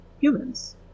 humans